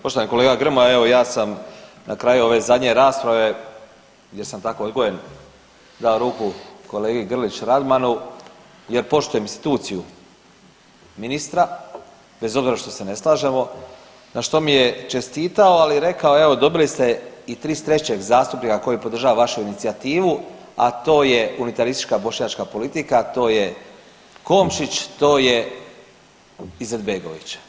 Poštovani kolega Grmoja, evo ja sam na kraju ove zadnje rasprave jer sam tako odgojen dao ruku kolegi Grlić Radmanu jer poštujem instituciju ministra, bez obzira što se ne slažemo na što mi je čestitao, ali rekao evo, dobili ste i 33. zastupnika koji podržava vašu inicijativu, a to je unitaristička bošnjačka politika, to je Komšić, to je Izetbegović.